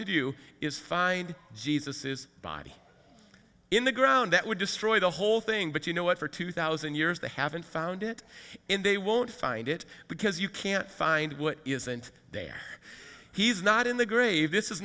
do you is find jesus is body in the ground that would destroy the whole thing but you know what for two thousand years they haven't found it and they won't find it because you can't find what isn't there he's not in the grave this is